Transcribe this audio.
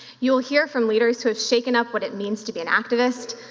you'll hear from leaders who have shaken up what it means to be an activist,